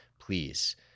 Please